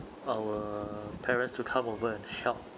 our parents to come over and help